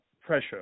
pressure